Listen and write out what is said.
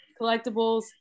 collectibles